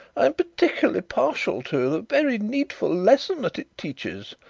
i'm particularly partial to the very needful lesson that it teaches.